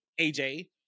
AJ